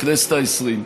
לכנסת ה-20.